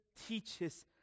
teaches